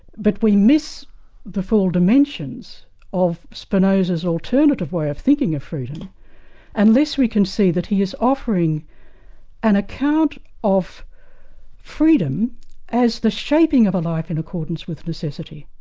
but we miss the full dimensions of spinoza's alternative way of thinking of freedom unless we can see that he is offering an account of freedom as the shaping of a life in accordance with necessity.